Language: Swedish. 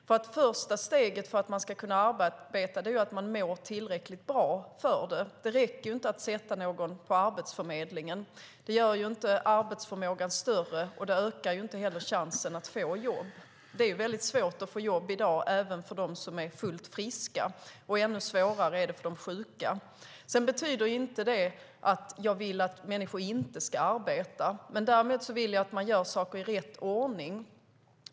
Det första steget för att kunna arbeta är nämligen att man mår tillräckligt bra för det. Det räcker inte att skicka någon till Arbetsförmedlingen. Det gör inte arbetsförmågan större, och det ökar inte heller chansen för att få jobb. Det är väldigt svårt att få jobb i dag, även för dem som är fullt friska. Och ännu svårare är det för de sjuka. Det betyder inte att jag inte vill att människor ska arbeta. Däremot vill jag att man gör saker i rätt ordning.